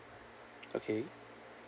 okay